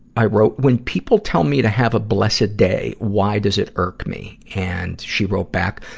i wrote, when people tell me to have a blessed day, why does it irk me? and she wrote back,